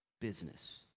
business